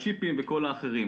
הצ'יפים וכל האחרים,